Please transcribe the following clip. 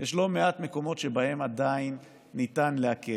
יש לא מעט מקומות שבהם עדיין ניתן להקל.